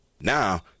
Now